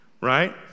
right